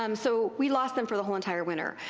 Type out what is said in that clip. um so we lost them for the whole entire winter.